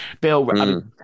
Bill